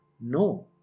No